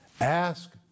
ask